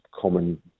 common